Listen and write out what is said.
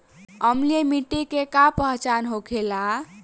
अम्लीय मिट्टी के का पहचान होखेला?